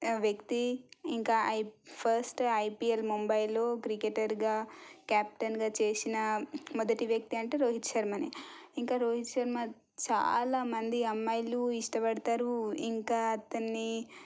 వ్యక్తి ఇంకా ఐప్ ఫస్ట్ ఐపీఎల్ ముంబైలో క్రికెటర్గా క్యాప్టెన్గా చేసిన మొదటి వ్యక్తి అంటే రోహిత్ శర్మనే ఇంకా రోహిత్ శర్మ చాలా మంది అమ్మాయిలు ఇష్టపడతారు ఇంకా అతన్నీ